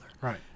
Right